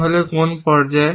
তাহলে কোন পর্যায়ে